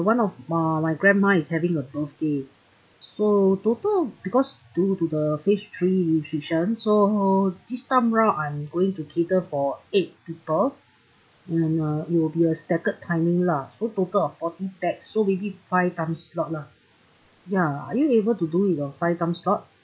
one of my my grandma is having a birthday so total because due to the phase three restriction so this time round I'm going to cater for eight people and uh it will be a staggered timing lah so total of forty pax so maybe five time slot lah yeah are you able to do it in five time slot